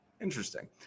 Interesting